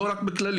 ולא רק בכללית.